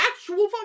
actual